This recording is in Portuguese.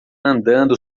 andando